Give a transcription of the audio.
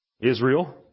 Israel